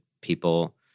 people